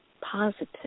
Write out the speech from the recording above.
positive